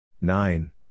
Nine